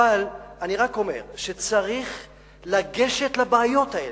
אבל אני רק אומר שצריך לגשת לבעיות האלה,